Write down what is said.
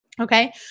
Okay